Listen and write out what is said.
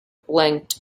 blinked